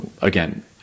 Again